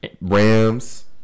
Rams